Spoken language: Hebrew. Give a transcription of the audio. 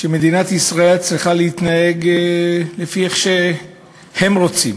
שמדינת ישראל צריכה להתנהג כפי שהם רוצים.